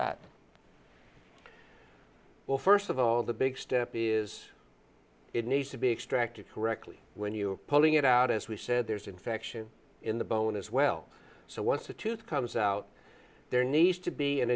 that well first of all the big step is it needs to be extracted correctly when you're pulling it out as we said there's infection in the bone as well so once a tooth comes out there needs to be an